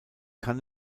kann